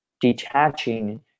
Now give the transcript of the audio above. detaching